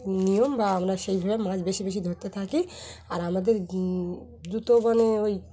নিয়ম বা আমরা সেইভাবে মাছ বেশি বেশি ধরতে থাকি আর আমাদের জুতো মানে ওই